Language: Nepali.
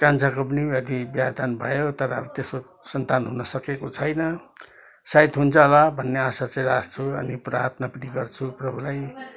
कान्छाको पनि यदि बिहे दान भयो तर अब त्यसको सन्तान हुन सकेको छैन सायद हुन्छ होला भन्ने आशा चाहिँ राख्छु अनि प्रार्थना पनि गर्छु प्रभुलाई